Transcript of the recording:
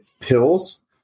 pills